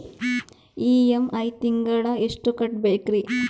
EMI ತಿಂಗಳ ಎಷ್ಟು ಕಟ್ಬಕ್ರೀ?